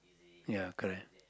ya correct